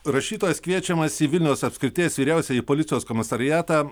rašytojas kviečiamas į vilniaus apskrities vyriausiąjį policijos komisariatą